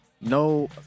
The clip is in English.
no